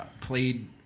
played